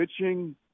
pitching